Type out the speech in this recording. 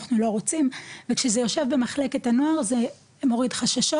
אנחנו לא רוצים וכשזה יושב במחלקת הנוער זה מוריד חששות